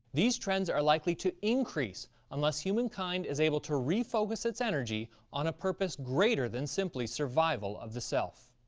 these trends are likely to increase unless humankind is able to refocus its energy on a purpose greater than simply survival of the self.